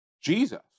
Jesus